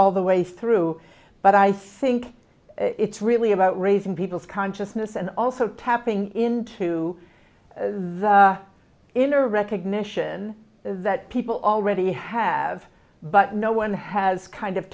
all the way through but i think it's really about raising people's consciousness and also tapping into the inner recognition that people already have but no one has kind of